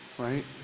right